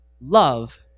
Love